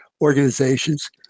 organizations